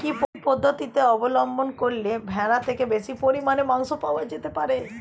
কি পদ্ধতিতে অবলম্বন করলে ভেড়ার থেকে বেশি পরিমাণে মাংস পাওয়া যেতে পারে?